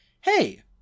hey